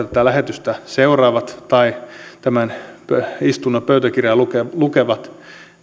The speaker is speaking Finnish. tätä lähetystä seuraavat tai tämän istunnon pöytäkirjaa lukevat lukevat